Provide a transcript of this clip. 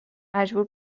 مجبور